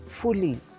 fully